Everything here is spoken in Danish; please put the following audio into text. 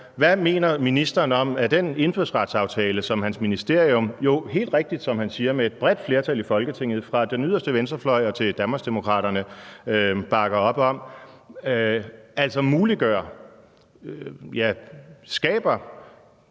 Hvad mener ministeren om, at den indfødsretsaftale fra hans ministerium, som et bredt flertal i Folketinget fra den yderste venstrefløj til Danmarksdemokraterne jo helt rigtigt, som han siger,